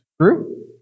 True